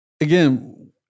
Again